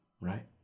right